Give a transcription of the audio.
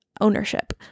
ownership